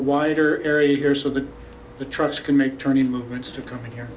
wider area here so that the trucks can make turning movements to come here